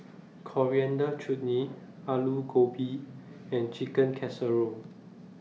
Coriander Chutney Alu Gobi and Chicken Casserole